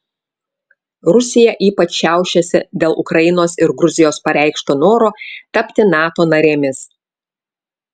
rusija ypač šiaušiasi dėl ukrainos ir gruzijos pareikšto noro tapti nato narėmis